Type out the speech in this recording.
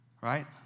right